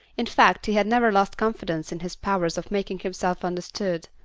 in fact, he had never lost confidence in his powers of making himself understood.